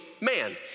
man